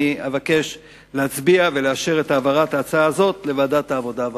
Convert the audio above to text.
אני אבקש להצביע ולאשר את העברת ההצעה הזאת לוועדת העבודה והרווחה.